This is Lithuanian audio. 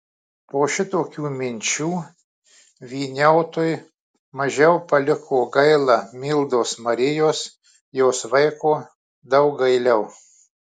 po šitokių minčių vyniautui mažiau paliko gaila mildos marijos jos vaiko daug gailiau